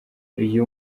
uyu